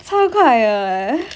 超快的 eh